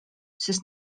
sest